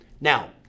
Now